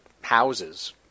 houses